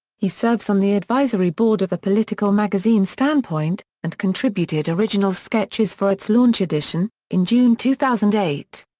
he serves on the advisory board of the political magazine standpoint, and contributed original sketches for its launch edition, in june two thousand and eight.